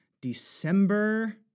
December